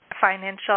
financial